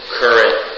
current